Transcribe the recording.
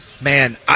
Man